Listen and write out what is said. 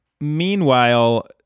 Meanwhile